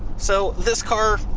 so this car,